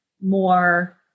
more